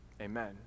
amen